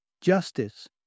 Justice